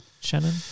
Shannon